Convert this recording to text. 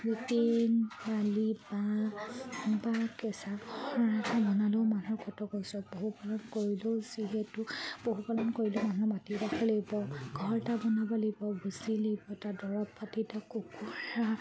routine বালি বাাঁহ বা কেঁচা ঘৰ এটা বনালেও মানুহৰ কত কৈছ পশুপালন কৰিলেও যিহেতু পশুপালন কৰিলেও মানুহৰ মাটি এডখৰ লাগিব ঘৰ এটা বনাব লাগিব ভুচি লাগিব তাৰ দৰৱ পাতি তাৰ কুকুৰা